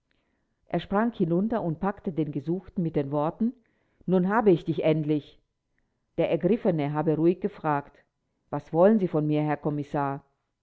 er sprang hinunter und packte den gesuchten mit den worten nun habe ich dich endlich der ergriffene habe ruhig gefragt was wollen sie von mir herr kommissar